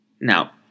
Now